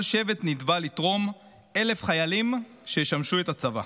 שבט נתבע לתרום 1,000 חיילים שישמשו את הצבא.